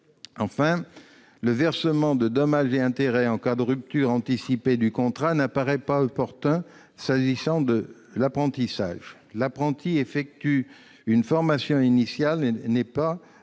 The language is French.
Enfin, le versement de dommages et intérêts en cas de rupture anticipée du contrat n'apparaît pas opportun s'agissant de l'apprentissage. L'apprenti effectue une formation initiale et n'est pas